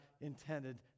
intended